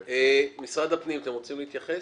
משרד הפנים, אתם רוצים להתייחס?